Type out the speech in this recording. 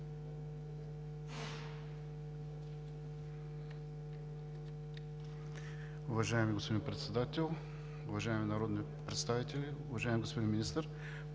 Уважаеми господин Председател, уважаеми народни представители, уважаеми господин Министър!